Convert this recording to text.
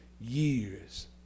years